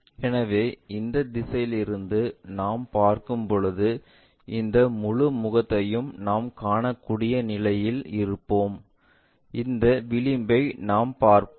எனவே இந்த திசையிலிருந்து நாம் பார்க்கும்போது இந்த முழு முகத்தையும் நாம் காணக்கூடிய நிலையில் இருப்போம் அந்த விளிம்பை நாம் பார்ப்போம்